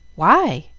why!